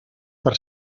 per